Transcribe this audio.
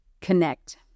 Connect